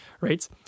right